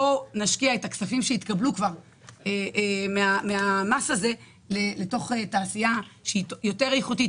בואו נשקיע את הכספים שהתקבלו מהמס הזה לתוך תעשייה שהיא יותר איכותית,